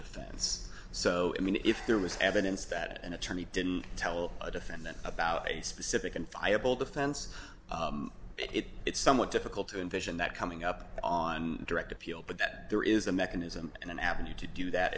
defense so i mean if there was evidence that an attorney didn't tell a defendant about a specific and fireball defense it it's somewhat difficult to envision that coming up on direct appeal but that there is a mechanism and an avenue to do that